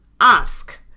ask